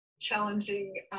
challenging